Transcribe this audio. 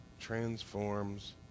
transforms